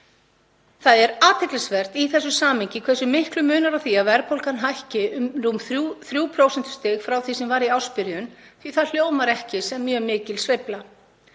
Það er athyglisvert í þessu samhengi hversu miklu munar á því að verðbólgan hækki um rúm 3 prósentustig frá því sem var í ársbyrjun því að það hljómar ekki sem mjög mikil sveifla.